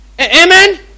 Amen